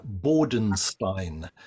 Bordenstein